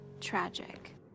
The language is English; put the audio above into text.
Tragic